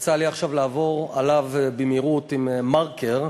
יצא לי עכשיו לעבור עליו במהירות עם מרקר.